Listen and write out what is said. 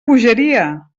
bogeria